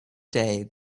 day